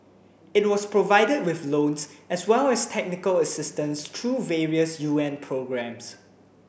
it was provided with loans as well as technical assistance through various UN programmes